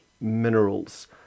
minerals